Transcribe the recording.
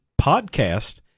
podcast